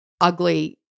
ugly